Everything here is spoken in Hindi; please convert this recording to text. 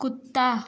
कुत्ता